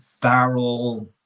Barrel